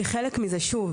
כחלק מזה שוב,